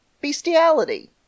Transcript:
bestiality